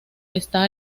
está